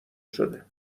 شده